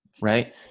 right